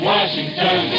Washington